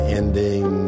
ending